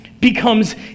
becomes